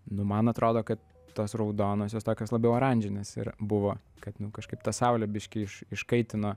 nu man atrodo kad tos raudonos jos tokios labiau oranžinės ir buvo kad nu kažkaip ta saulė biškį iš iškaitino